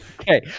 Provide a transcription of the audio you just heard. Okay